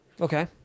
Okay